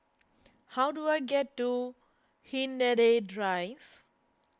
how do I get to Hindhede Drive